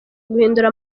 guhindura